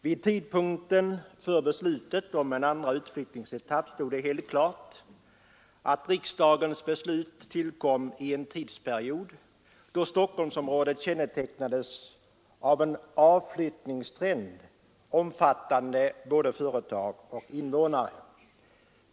Vid tidpunkten för beslutet om en andra utflyttningsetapp stod det helt klart att riksdagens beslut tillkom i en tidsperiod då Stockholmsområdet kännetecknades av en avflyttningstrend, omfattande både företag och invånare.